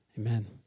Amen